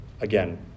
again